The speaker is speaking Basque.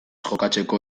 jokatzeko